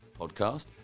Podcast